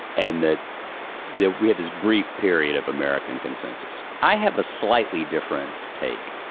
and that that we had this brief period of american consensus. i have a slightly different take,